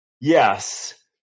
yes